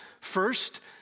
First